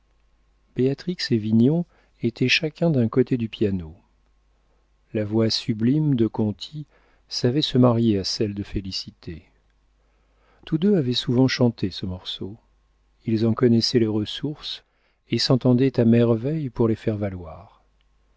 béatrix et vignon étaient chacun d'un côté du piano la voix sublime de conti savait se marier à celle de félicité tous deux avaient souvent chanté ce morceau et ils en connaissaient les ressources et s'entendaient à merveille pour les faire valoir